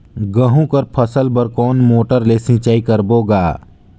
गहूं कर फसल बर कोन मोटर ले सिंचाई करबो गा?